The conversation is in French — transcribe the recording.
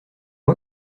moi